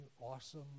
awesome